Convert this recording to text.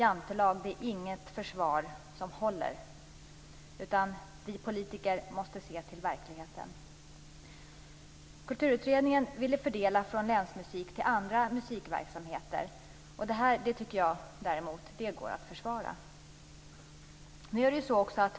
Att försvara sig med jantelagen håller inte. Vi politiker måste se till verkligheten. Kulturutredningen ville omfördela pengar från länsmusiken till andra musikverksamheter. Det tycker jag däremot går att försvara.